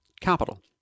capital